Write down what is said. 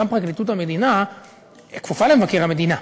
גם פרקליטות המדינה כפופה למבקר המדינה.